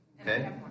Okay